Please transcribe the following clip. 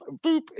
boop